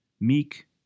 Meek